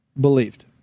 believed